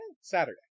Saturday